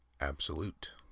absolute